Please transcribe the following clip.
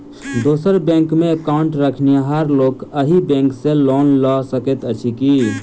दोसर बैंकमे एकाउन्ट रखनिहार लोक अहि बैंक सँ लोन लऽ सकैत अछि की?